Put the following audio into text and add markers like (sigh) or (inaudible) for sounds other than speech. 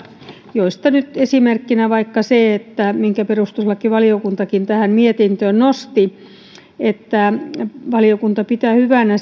joista nyt esimerkkinä vaikka se minkä perustuslakivaliokuntakin tähän mietintöön nosti että valiokunta pitää hyvänä (unintelligible)